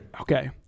okay